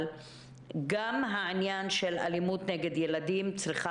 אבל גם העניין של אלימות נגד ילדים צריך